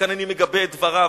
וכאן אני מגבה את דבריו,